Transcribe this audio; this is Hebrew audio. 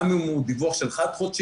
גם אם הוא דיווח של חד-חודשי,